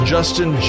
Justin